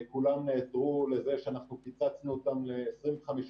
כולם נעתרו לזה שאנחנו קיצצנו אותם ל-25%